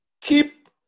keep